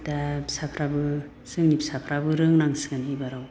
दा फिसाफ्राबो जोंनि फिसाफ्राबो रोंनांसिगोन एबाराव